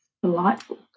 Delightful